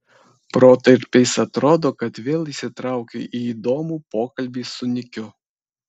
protarpiais atrodo kad vėl įsitraukiu į įdomų pokalbį su nikiu